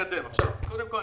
אני